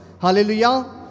hallelujah